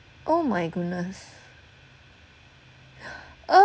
oh my goodness uh